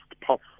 possible